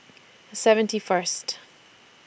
seventy First